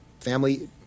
family